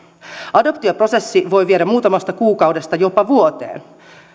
adoptioprosessi voi viedä muutamasta kuukaudesta jopa vuoteen